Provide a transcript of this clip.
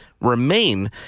remain